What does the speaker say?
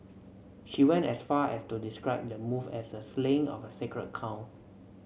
she went as far as to describe the move as the slaying of a sacred cow